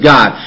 God